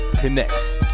Connects